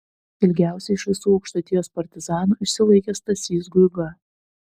ilgiausiai iš visų aukštaitijos partizanų išsilaikė stasys guiga